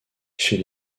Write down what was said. chez